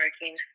working